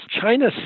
China